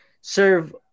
serve